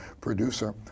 producer